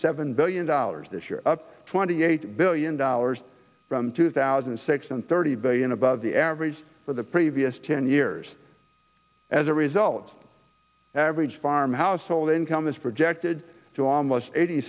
seven billion dollars this year up twenty eight billion dollars from two thousand and six and thirty billion above the average for the previous ten years as a result average farm household income is projected to almost eighty